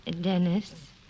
Dennis